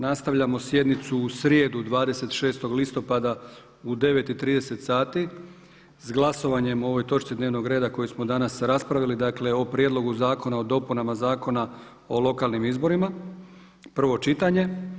Nastavljamo sjednicu u srijedu 26. listopada u 9,30 sati s glasovanjem o ovoj točci dnevnog reda koju smo danas raspravili, dakle o prijedlogu Zakona o dopunama Zakona o lokalnim izborima, prvo čitanje.